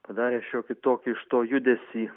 padarė šiokį tokį iš to judesį